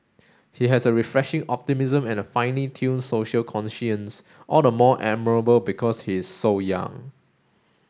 he has a refreshing optimism and a finely tuned social conscience all the more admirable because he is so young